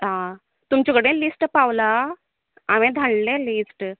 आहा तुमचे कडेन लिस्ट पांवलां हांवें धाडले लिस्ट